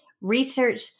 research